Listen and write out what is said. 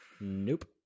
Nope